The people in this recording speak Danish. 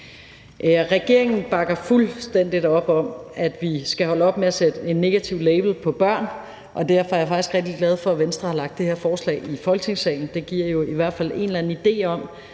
Regeringen bakker fuldstændig op om, at vi skal holde op med at sætte en negativ label på børn, og derfor er jeg faktisk rigtig glad for, at Venstre har lagt det her forslag i Folketingssalen. Det giver jo i hvert fald en eller anden idé om,